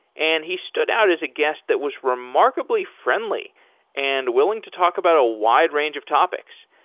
and he stood out as a guest that was remarkably friendly and willing to talk about a wide range of topics.